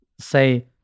say